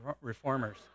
reformers